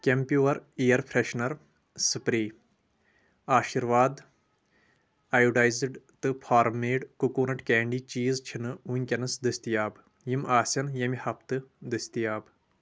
came pure air freshener spray Aashirvaad ایو diced تہٕ farm made coconut candy چیٖز چھِنہٕ وُکینَس دٔستِیاب یِم آسَن ییٚمہِ ہفتہٕ دٔستِیاب